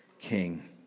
King